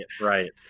Right